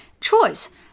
choice